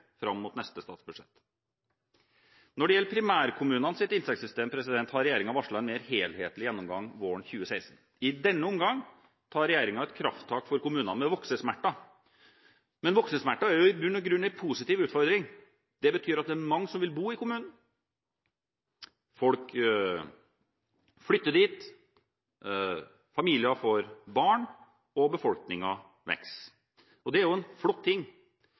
fram mot neste statsbudsjett. Når det gjelder primærkommunenes inntektssystem, har regjeringen varslet en mer helhetlig gjennomgang våren 2016. I denne omgang tar regjeringen et krafttak for kommuner med voksesmerter. Men voksesmerter er jo i bunn og grunn en positiv utfordring. Det betyr at det er mange som vil bo i kommunen – folk flytter dit, familier får barn, og befolkningen vokser. Det er en flott ting.